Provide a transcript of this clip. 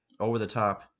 over-the-top